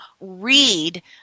read